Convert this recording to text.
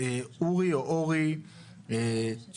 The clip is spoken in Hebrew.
כאמור, אני מנהל המארג.